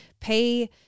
pay